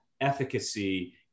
efficacy